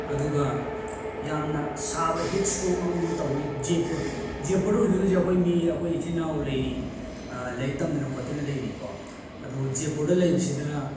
ꯑꯗꯨꯒ ꯌꯥꯝꯅ ꯁꯥꯕ ꯍꯤꯠ ꯏꯁꯇꯔꯣꯛ ꯑꯃ ꯑꯃ ꯇꯧꯒꯅꯤ ꯖꯦꯄꯨꯔ ꯖꯦꯄꯨꯔꯗ ꯍꯧꯖꯤꯛ ꯍꯧꯖꯤꯛ ꯑꯩꯈꯣꯏ ꯃꯤ ꯑꯩꯈꯣꯏ ꯏꯆꯤꯜ ꯏꯅꯥꯎ ꯂꯩꯔꯤ ꯂꯥꯏꯔꯤꯛ ꯇꯝꯗꯅ ꯈꯣꯠꯇꯅ ꯂꯩꯔꯤꯀꯣ ꯑꯗꯨꯒ ꯖꯦꯄꯨꯔꯗ ꯂꯩꯕꯁꯤꯗꯅ